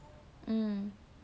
hmm